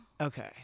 Okay